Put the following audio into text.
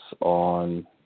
on